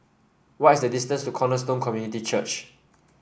what is the distance to Cornerstone Community Church